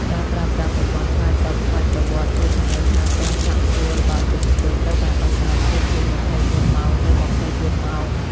ការប្រើប្រាស់ ប្រព័ន្ធឆ្លើយតបស្វ័យប្រវត្តិ ជួយធានាថាការសាកសួររបស់អតិថិជនត្រូវបានដោះស្រាយភ្លាមៗ ២៤ ម៉ោងលើ ២៤ ម៉ោង។